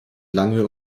lange